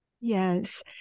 yes